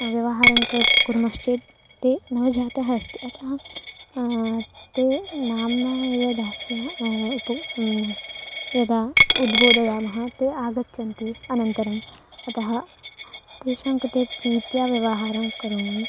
व्यवहारं कर् कुर्मश्चेत् ते नवजातः अस्ति अतः ते नाम्ना एव दास्यः उपौ नि यदा उद्बोधयामः ते आगच्छन्ति अनन्तरम् अतः तेषाङ्कृते प्रीत्यव्यवहारं करोमि